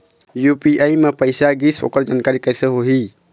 UPI म पैसा गिस ओकर जानकारी कइसे होही?